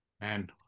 Man